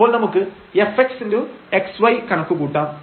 അപ്പോൾ നമുക്ക് fxxy കണക്കുകൂട്ടാം